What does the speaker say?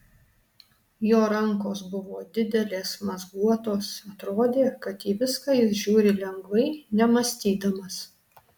jo rankos buvo didelės mazguotos atrodė kad į viską jis žiūri lengvai nemąstydamas